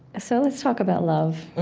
so let's talk about love.